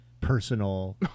personal